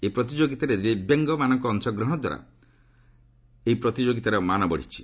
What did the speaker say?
ଏହି ପ୍ରତିଯୋଗୀତାରେ ଦିବ୍ୟାଙ୍ଗମାନଙ୍କ ଅଂଶଗ୍ରହଣ ଦ୍ୱାରା ଏହି ପ୍ରତିଯୋଗୀତାର ମାନ ବଢ଼ିଛି